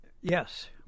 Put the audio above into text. Yes